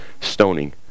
stoning